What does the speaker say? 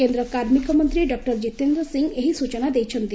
କେନ୍ଦ୍ର କାର୍ମିକ ମନ୍ତ୍ରୀ ଡକ୍କର ଜିତେନ୍ଦ୍ର ସିଂହ ଏହି ସ୍ବଚନା ଦେଇଛନ୍ତି